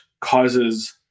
causes